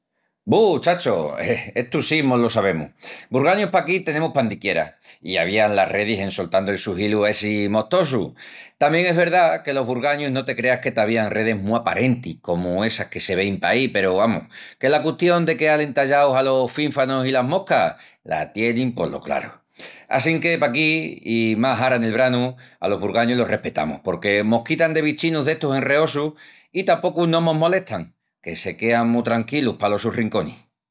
Bu, chacho, estu sí mo-lo sabemus! Burgañus paquí tenemus pandiquiera. I avian las redis en soltandu el su hilu essi mostosu. Tamién es verdá que los burgañus no te creas que t'avían redis mu aparentis comu essas que se vein paí peru, amus, que la custión de queal entallaus alos fínfanus i las moscas la tienin polo craru. Assínque paquí, i más ara nel branu, alos burgañus los respetamus porque mos quitan de bichinus d'estus enreosus i tapocu no mos molestan, que se quean mu tranquilus palos sus rinconis.